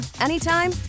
anytime